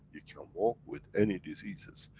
you can walk with any diseases,